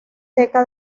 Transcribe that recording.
seca